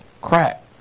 crack